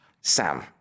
Sam